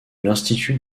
l’institut